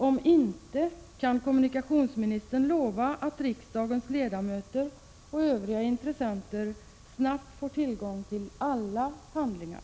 Om så inte är fallet, kan kommunikationsministern lova att riksdagens ledamöter och övriga intressenter snabbt får tillgång till alla handlingar?